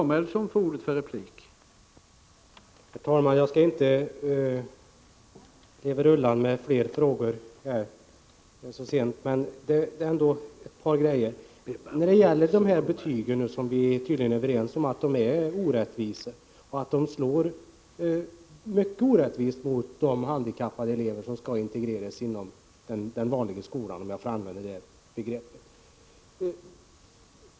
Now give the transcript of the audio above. Herr talman! Jag skall inte leva rullan med flera frågor så här sent, men jag har ändå ett par saker kvar. När det gäller betygen är vi tydligen överens om att de är orättvisa och slår mycket hårt mot de handikappade elever som skall integreras inom den ”vanliga” skolan, om jag får använda det begreppet.